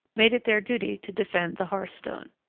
made it their duty to defend the hearthstone.